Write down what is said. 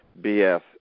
BS